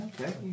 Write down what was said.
Okay